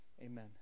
Amen